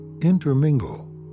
intermingle